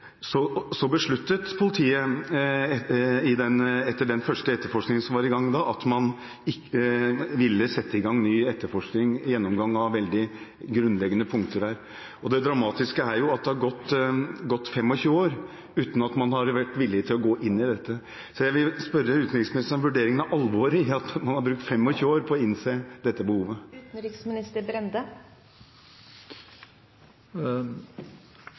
Så besluttet politiet etter den første etterforskningen at man ville sette i gang ny etterforskning og gjennomgang av veldig grunnleggende punkter. Det dramatiske er at det har gått 25 år uten at man har vært villig til å gå inn i dette. Så jeg vil spørre om utenriksministeren vil vurdere alvoret i at man har brukt 25 år på å innse dette behovet.